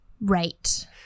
Right